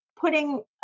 Putting